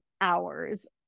hours